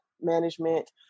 management